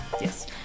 yes